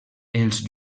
els